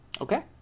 Okay